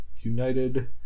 United